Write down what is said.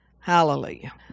Hallelujah